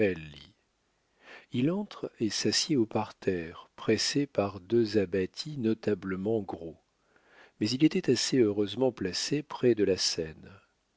il entre et s'assied au parterre pressé par deux abbati notablement gros mais il était assez heureusement placé près de la scène